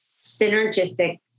synergistic